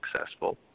successful